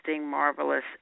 marvelous